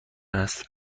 است